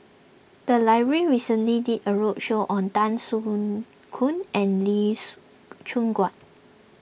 the library recently did a roadshow on Tan soon Khoon and lease Choon Guan